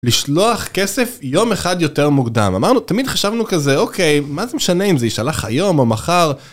לשלוח כסף יום אחד יותר מוקדם אמרנו תמיד חשבנו כזה אוקיי מה זה משנה אם זה ישלח היום או מחר.